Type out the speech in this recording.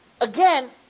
again